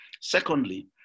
Secondly